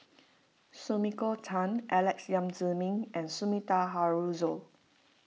Sumiko Tan Alex Yam Ziming and Sumida Haruzo